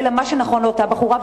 אלא מה שנכון לאותה בחורה,